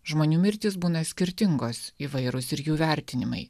žmonių mirtys būna skirtingos įvairūs ir jų vertinimai